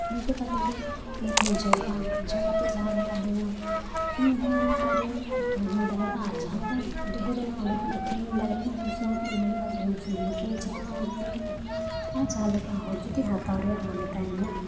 ᱤᱱᱠᱟᱹ ᱠᱟᱛᱮᱫ ᱜᱮ ᱚᱸᱰᱮ ᱠᱷᱚᱱ ᱡᱚᱜᱼᱟ ᱡᱚ ᱠᱟᱛᱮᱫ ᱡᱟᱦᱟᱸ ᱞᱮᱠᱟ ᱦᱩᱭᱱᱟ ᱤᱧ ᱦᱚᱸ ᱚᱲᱟᱜ ᱨᱤᱧ ᱩᱛᱩ ᱦᱩᱧ ᱫᱟᱲᱮᱭᱟᱜᱼᱟ ᱟᱨ ᱡᱟᱦᱟᱸ ᱞᱮᱠᱟ ᱰᱷᱮᱨ ᱮᱱᱟ ᱚᱸᱰᱮ ᱠᱷᱚᱱ ᱟᱹᱠᱷᱨᱤᱧ ᱦᱩᱧ ᱫᱟᱲᱮᱭᱟᱜᱼᱟ ᱤᱧᱟᱹ ᱯᱚᱭᱥᱟ ᱦᱚᱛᱤᱧ ᱦᱩᱭᱩᱜᱼᱟ ᱵᱩᱞᱩᱝ ᱥᱩᱱᱩᱢ ᱦᱚᱸᱛᱤᱧ ᱪᱟᱞᱟᱜᱼᱟ ᱚᱸᱰᱮ ᱠᱷᱚᱱ ᱜᱮ ᱟᱨ ᱡᱟᱦᱟᱸᱞᱮᱠᱟ ᱦᱚᱲ ᱡᱩᱫᱤ ᱦᱟᱛᱟᱣ ᱨᱮᱭᱟᱜ ᱢᱟᱱᱮ ᱛᱟᱭ ᱢᱮᱱᱟᱜᱼᱟ